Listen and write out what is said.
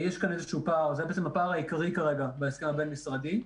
יש כאן איזשהו פער הפער העיקרי כרגע בהסכם הבין משרדי.